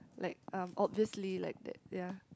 like um obviously like that ya